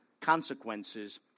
consequences